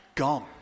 Gone